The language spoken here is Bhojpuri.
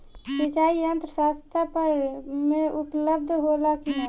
सिंचाई यंत्र सस्ता दर में उपलब्ध होला कि न?